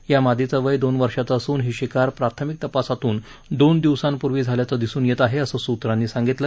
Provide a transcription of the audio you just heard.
या मादीचे वय दोन वर्षाचे असून हि शिकार प्राथमिक तपासातून दोन दिवसांपूर्वी झाल्याचं दिसून येत आहे असं सूत्रांनी सांगितलं